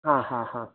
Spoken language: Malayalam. ആ ഹാ ഹാ